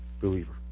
believer